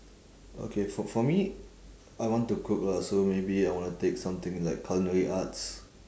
okay for for me I want to cook lah so maybe I wanna take something like culinary arts